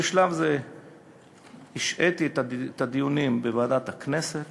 בשלב זה השעיתי את הדיונים בוועדת הכנסת